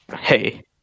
hey